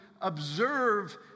observe